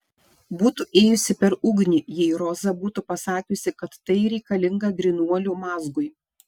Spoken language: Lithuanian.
būtų ėjusi per ugnį jei roza būtų pasakiusi kad tai reikalinga grynuolių mazgui